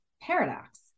paradox